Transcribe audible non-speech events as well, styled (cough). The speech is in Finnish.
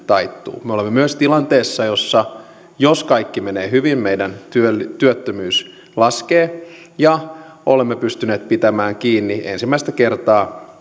taittuu me olemme myös tilanteessa jossa jos kaikki menee hyvin meidän työttömyys laskee ja olemme pystyneet pitämään kiinni ensimmäistä kertaa (unintelligible)